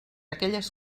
aquelles